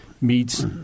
meets